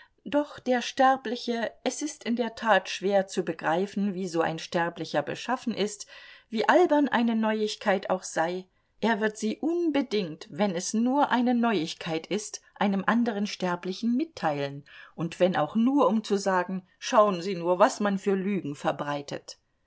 doch der sterbliche es ist in der tat schwer zu begreifen wie so ein sterblicher beschaffen ist wie albern eine neuigkeit auch sei er wird sie unbedingt wenn es nur eine neuigkeit ist einem anderen sterblichen mitteilen und wenn auch nur um zu sagen schauen sie nur was man für lügen verbreitet